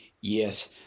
Yes